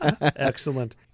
Excellent